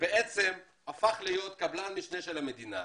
שבעצם הפך להיות קבלן משנה של המדינה,